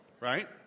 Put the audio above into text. right